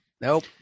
Nope